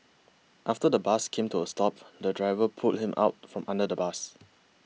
after the bus came to a stop the driver pulled him out from under the bus